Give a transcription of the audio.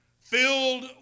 filled